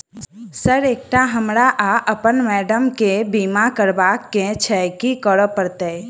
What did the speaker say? Sir एकटा हमरा आ अप्पन माइडम केँ बीमा करबाक केँ छैय की करऽ परतै?